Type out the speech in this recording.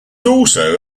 also